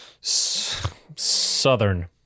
Southern